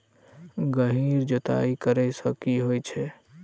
गहिर जुताई करैय सँ की होइ छै?